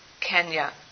Kenya